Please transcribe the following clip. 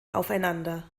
aufeinander